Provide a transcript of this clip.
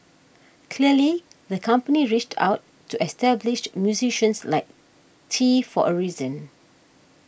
clearly the company reached out to established musicians like Tee for a reason